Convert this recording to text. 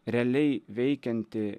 realiai veikiantį